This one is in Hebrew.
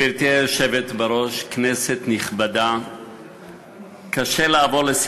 זו ועדת עבודה ורווחה או ועדת